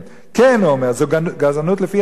כן, הוא אומר, זו גזענות לפי הספר,